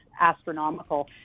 astronomical